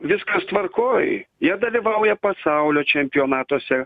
viskas tvarkoj jie dalyvauja pasaulio čempionatuose